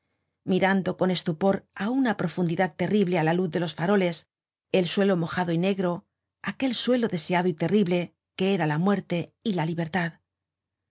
mirando con estupor á una profundidad terrible á la luz de los faroles el suelo moja do y negro aquel suelo deseado y terrible que era la muerte y la libertad